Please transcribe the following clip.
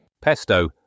Pesto